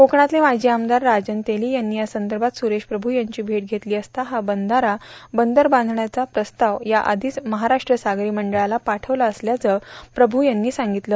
कोकणातले माजी आमदार राजन तेलो यांनी या संदभात सुरेश प्रभू यांची भेट घेतलां असता हा बंधारा बंदर बांधण्याचा प्रस्ताव याआधीच महाराष्ट्र सागरो मंडळाला पाठवला असल्याचे प्रभू यांनी सांगगतले